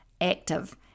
Active